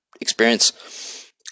experience